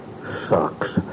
sucks